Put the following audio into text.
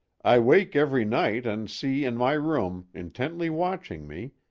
i wake every night and see in my room, intently watching me,